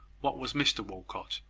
what was mr walcot?